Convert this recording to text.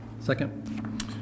Second